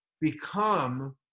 become